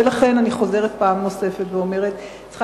ולכן אני חוזרת פעם נוספת ואומרת: צריכה